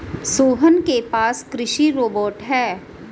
सोहन के पास कृषि रोबोट है